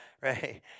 Right